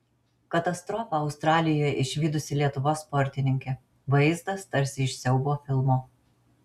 katastrofą australijoje išvydusi lietuvos sportininkė vaizdas tarsi iš siaubo filmo